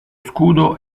scudo